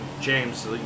James